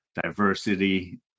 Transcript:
diversity